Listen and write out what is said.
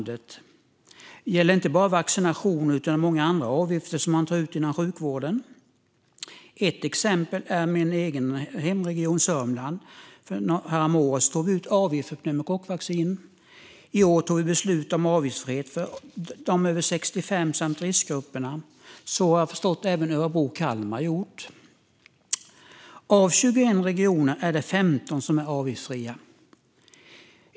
Det gäller inte bara vaccinationer utan många andra avgifter som tas ut inom sjukvården. Avgiftsfritt pneumokockvaccin för vissa grupper Ett exempel är min egen hemregion, Sörmland. Häromåret tog regionen ut avgift för pneumokockvaccin. I år togs beslut om avgiftsfritt för dem som är över 65 samt för riskgrupper. Jag har förstått att även Örebro och Kalmar har gjort det. Av 21 regioner är det avgiftsfritt i 15.